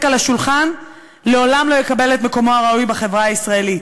על השולחן לעולם לא יקבל את מקומו הראוי בחברה הישראלית.